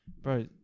Bro